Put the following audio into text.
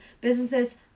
Businesses